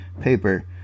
paper